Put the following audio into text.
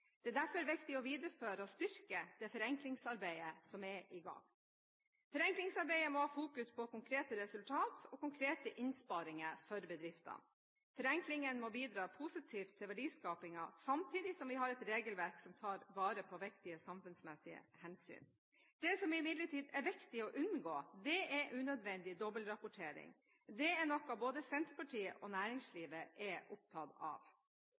Det er derfor viktig å videreføre og styrke det forenklingsarbeidet som er i gang. Forenklingsarbeidet må ha fokus på konkrete resultat og konkrete innsparinger for bedriftene. Forenklingen må bidra positivt til verdiskapingen, samtidig som vi har et regelverk som tar vare på viktige samfunnsmessige hensyn. Det som imidlertid er viktig å unngå, er unødvendig dobbeltrapportering. Det er noe både Senterpartiet og næringslivet er opptatt av.